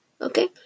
okay